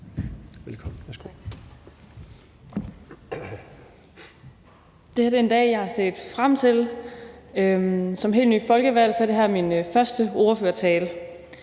Andresen (LA): Det her er en dag, jeg har set frem til. Som helt ny folkevalgt er det her min første ordførertale,